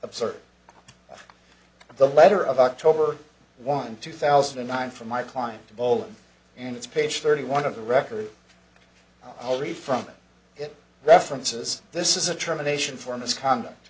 absurd the letter of october one two thousand and nine for my client to bowl and it's page thirty one of the record i'll read from it references this is a termination for misconduct